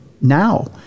now